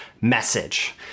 message